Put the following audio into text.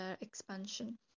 expansion